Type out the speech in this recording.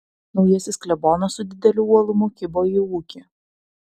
naujasis klebonas su dideliu uolumu kibo į ūkį